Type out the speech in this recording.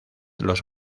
los